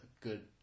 good